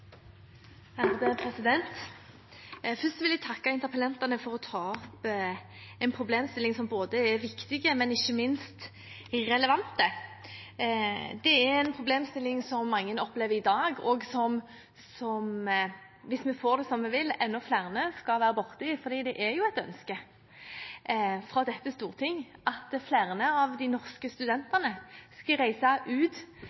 viktig, men ikke minst relevant. Det er en problemstilling som mange opplever i dag, og som, hvis vi får det som vi vil, enda flere vil komme borti, for det er jo et ønske fra dette stortinget at flere av de norske studentene skal reise ut